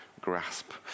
grasp